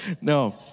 No